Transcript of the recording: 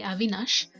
Avinash